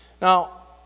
Now